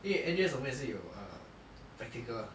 因为 N_U_S 我们也是有 uh practical